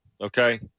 okay